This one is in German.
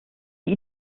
die